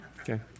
Okay